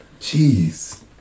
Jeez